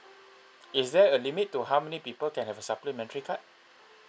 is there a limit to how many people can have a supplementary card